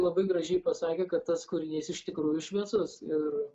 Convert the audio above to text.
labai gražiai pasakė kad tas kūrinys iš tikrųjų šviesus ir